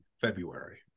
February